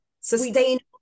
Sustainable